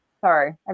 Sorry